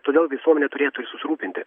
todėl visuomenė turėtų ir susirūpinti